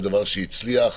דבר שהצליח.